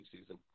season